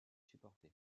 supporter